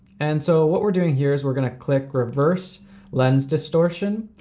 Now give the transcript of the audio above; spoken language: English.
and so what we're doing here is we're gonna click reverse lens distortion.